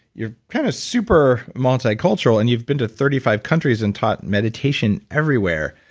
you're kind of super multi-cultural and you've been to thirty five countries and taught meditation everywhere.